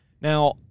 Now